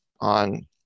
on